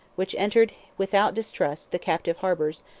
which entered without distrust the captive harbors,